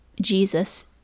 Jesus